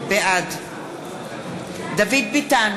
בעד דוד ביטן,